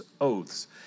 oaths